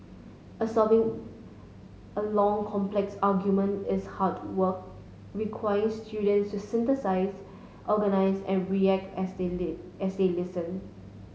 absorbing a long complex argument is hard work require students to synthesise organise and react as they list as they listen